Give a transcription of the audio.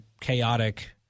chaotic